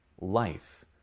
life